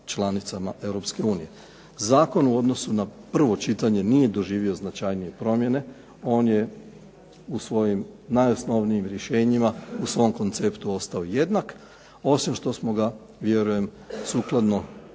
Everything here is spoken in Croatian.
unije. Zakon u odnosu na prvo čitanje nije doživio značajnije promjene, on je u svojim najosnovnijim rješenjima u svom konceptu ostao jednak, osim što smo ga vjerujem sukladno